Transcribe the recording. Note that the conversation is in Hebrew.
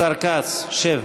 השר כץ, שב.